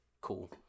cool